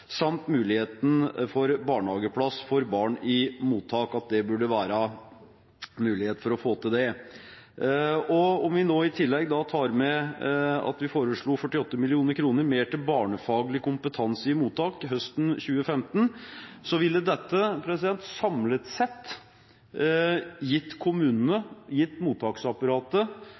at det burde være mulighet for å få til barnehageplass for barn i mottak. Og om vi i tillegg tar med at vi foreslo 48 mill. kr mer til barnefaglig kompetanse i mottak høsten 2015, ville dette samlet sett gitt kommunene, mottaksapparatet,